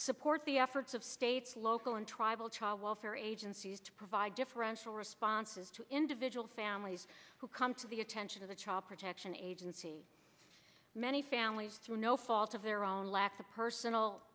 support the efforts of states local and tribal child welfare agencies to provide differential responses to individual families who come to the attention of the child protection agency many families through no fault of their own